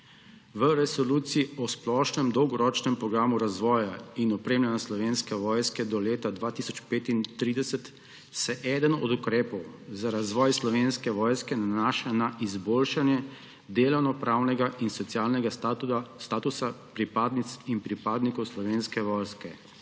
V resoluciji o splošnem dolgoročnem programu razvoja in opremljenja Slovenske vojske do leta 2035 se eden od ukrepov za razvoj Slovenske vojske nanaša na izboljšanje delovnopravnega in socialnega statusa pripadnic in pripadnikov Slovenske vojske,